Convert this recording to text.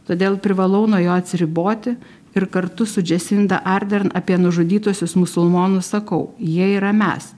todėl privalau nuo jo atsiriboti ir kartu su džesinda ardern apie nužudytuosius musulmonų sakau jie yra mes